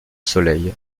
soleil